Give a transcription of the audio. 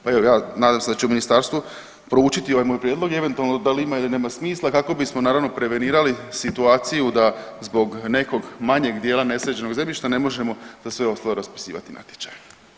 Pa evo ja nadam se da će ministarstvo proučiti ovaj moj prijedlog i eventualno da li ima ili nema smisla kako bismo naravno prevenirali situaciju da zbog nekog manjeg dijela nesređenog zemljišta ne možemo za sve ostalo raspisivati natječaj.